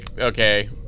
okay